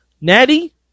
Natty